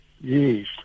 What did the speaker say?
Yes